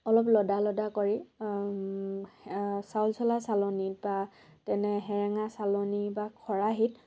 অলপ লদা লদা কৰি চাউল চলা চালনীত বা তেনে সেৰেঙা চালনী বা খৰাহীত